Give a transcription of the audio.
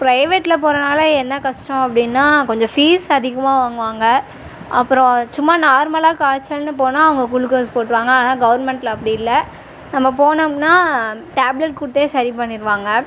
ப்ரைவேட்டில் போகிறனால என்ன கஷ்டம் அப்படினா கொஞ்சம் ஃபீஸ் அதிகமாக வாங்குவாங்க அப்புறம் சும்மா நார்மலாக காய்ச்சல்னு போனால் அவங்க குளுக்கோஸ் போட்டிருவாங்க ஆனால் கவர்மண்ட்டில் அப்படி இல்லை நம்ம போனோம்னால் டேப்லெட் கொடுத்தே சரி பண்ணிடுவாங்க